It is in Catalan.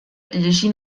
llegir